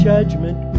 Judgment